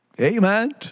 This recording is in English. Amen